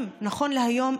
נכון להיום,